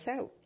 out